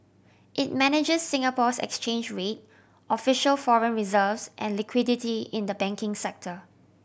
it manage Singapore's exchange rate official foreign reserves and liquidity in the banking sector